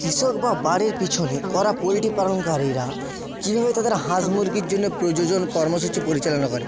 কৃষক বা বাড়ির পিছনে করা পোল্ট্রি পালনকারীরা কীভাবে তাদের হাঁস মুরগির জন্য প্রজনন কর্মসূচি পরিচালনা করে